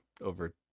over